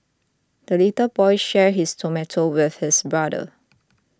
the little boy shared his tomato with his brother